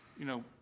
you know,